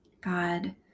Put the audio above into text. God